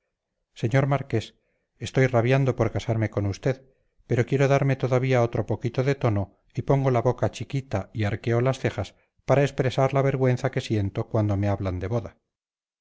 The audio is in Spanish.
señor marques estoy rabiando por casarme con usted pero quiero darme todavía otro poquito de tono y pongo la boca chiquita y arqueo las cejas para expresar la vergüenza que siento cuando me hablan de boda